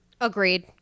agreed